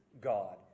God